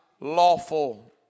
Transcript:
lawful